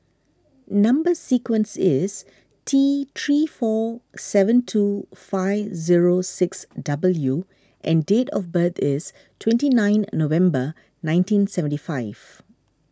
Number Sequence is T three four seven two five zero six W and date of birth is twenty nine November nineteen seventy five